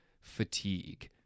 fatigue